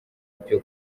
ibyo